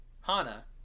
Hana